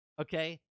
Okay